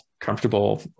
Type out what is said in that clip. comfortable